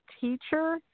teacher